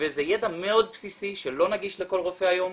וזה ידע מאוד בסיסי שלא נגיש לכל רופא היום,